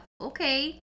Okay